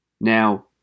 Now